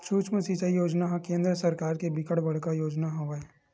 सुक्ष्म सिचई योजना ह केंद्र सरकार के बिकट बड़का योजना हवय